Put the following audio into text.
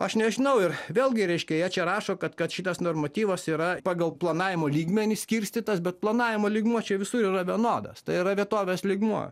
aš nežinau ir vėlgi reiškia jie čia rašo kad kad šitas normatyvas yra pagal planavimo lygmenis skirstytas bet planavimo lygmuo čia visur yra vienodas tai yra vietovės lygmuo